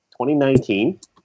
2019